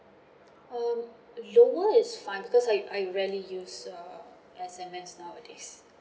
um lower is fine because I I rarely use uh S_M_S nowadays